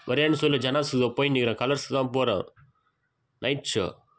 வரியான்னு சொல்லு ஜனாஸ்ஸுவோ போய்னுக்கிறேன் கலர்ஸ்க்கு தான் போகிறேன் நைட் ஷோ